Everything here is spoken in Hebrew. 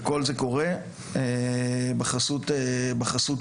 וכל זה קורה בחסות שלכם.